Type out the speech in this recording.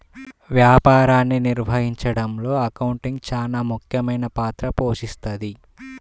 వ్యాపారాన్ని నిర్వహించడంలో అకౌంటింగ్ చానా ముఖ్యమైన పాత్ర పోషిస్తది